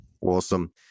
Awesome